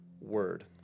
word